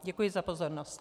Děkuji za pozornost.